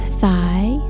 thigh